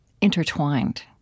intertwined